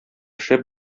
шәп